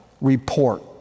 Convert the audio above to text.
report